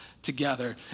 together